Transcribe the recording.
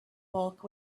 bulk